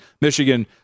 Michigan